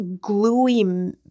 gluey